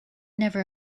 never